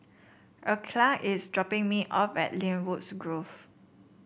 Erykah is dropping me off at Lynwood Grove